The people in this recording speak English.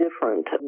different